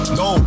no